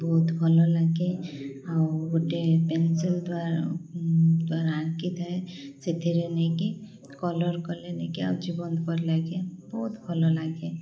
ବହୁତ ଭଲଲାଗେ ଆଉ ଗୋଟେ ପେନସିଲ୍ ଦ୍ୱାରା ଦ୍ୱାରା ଆଙ୍କିଥାଏ ସେଥିରେ ନେଇକି କଲର୍ କଲେ ନେଇକି ଆଉଚ ବନ୍ଦ କରି ଲାଗେ ବହୁତ ଭଲଲାଗେ